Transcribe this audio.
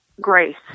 grace